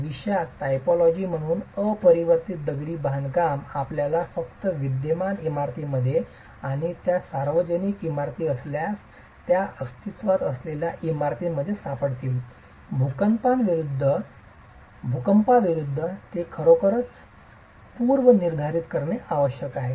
भविष्यात टायपॉलॉजी म्हणून अपरिवर्तित दगडी बांधकाम आपल्याला फक्त विद्यमान इमारतींमध्ये आणि त्या सार्वजनिक इमारती असल्यास त्या अस्तित्त्वात असलेल्या इमारतींमध्ये सापडतील भूकंपांविरूद्ध ते खरोखरच पूर्वनिर्धारित करणे आवश्यक आहे